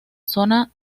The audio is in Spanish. zona